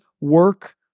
work